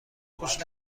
گوش